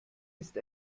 ist